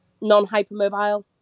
non-hypermobile